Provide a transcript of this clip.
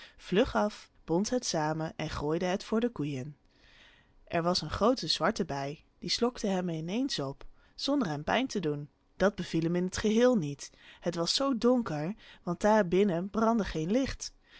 vlug af bond het samen en gooide het voor de koeien er was een groote zwarte bij die slokte hem in eens op zonder hem pijn te doen dat beviel hem in t geheel niet het was zoo donker want daar binnen brandde geen licht